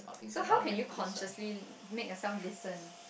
so how can you consciously make yourself listen